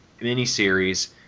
miniseries